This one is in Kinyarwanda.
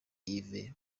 yves